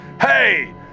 Hey